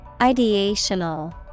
Ideational